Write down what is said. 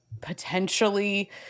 potentially